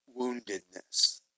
woundedness